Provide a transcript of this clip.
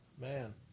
Man